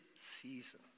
season